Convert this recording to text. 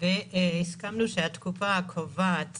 הסכמנו שבמקום שהתקופה הקובעת